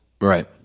Right